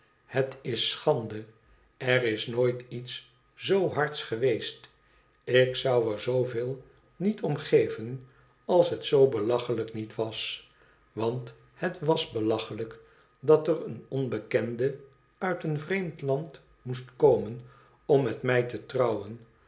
het is schande r is nooit iets z hards geweest ik zou er zoo veel niet om geven als het zoo belachelijk niet was want het wès belachelijk dat er een onbekende uit een vreemd land moest komen om met mij te trouwen